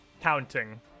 counting